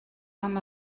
amb